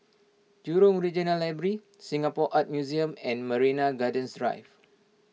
Jurong Regional Library Singapore Art Museum and Marina Gardens Drive